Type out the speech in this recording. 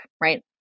right